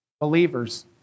Believers